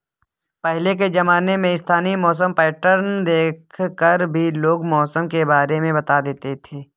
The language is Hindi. पहले के ज़माने में स्थानीय मौसम पैटर्न देख कर भी लोग मौसम के बारे में बता देते थे